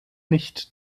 nicht